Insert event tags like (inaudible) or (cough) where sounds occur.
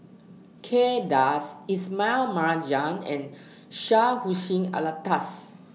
Kay Das Ismail Marjan and (noise) Syed Hussein Alatas